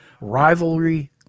rivalry